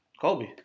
Kobe